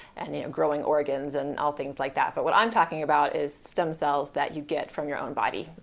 and you know growing organs and all things like that, but what i'm talking about is stem cells that you get from your own body,